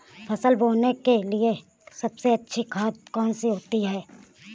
फसल बोने के लिए सबसे अच्छी खाद कौन सी होती है?